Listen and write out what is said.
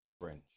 French